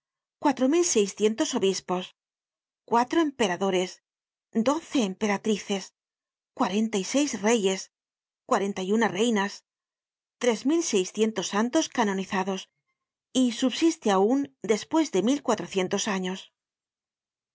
cuatro mil seiscientos obispos cuatro emperadores doce emperatrices cuarenta y seis reyes cuarenta y una reinas tres mil seiscientos santos canonizados y subsiste aun despues de mil cuatrocientos años